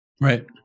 Right